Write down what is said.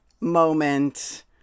moment